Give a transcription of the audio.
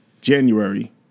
January